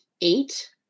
eight